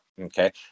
Okay